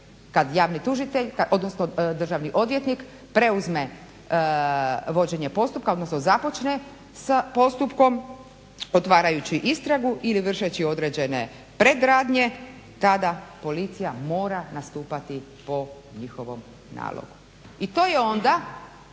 kad javni tužitelj, odnosno državni odvjetnik preuzme vođenje postupka, odnosno započne s postupkom otvarajući istragu ili vršeći određene predradnje tada policija mora nastupati po njihovom nalogu. I to je onda